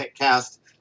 cast